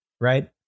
right